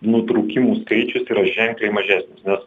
nutrūkimų skaičius yra ženkliai mažesnis nes